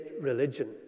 religion